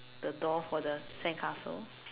the door for the sandcastle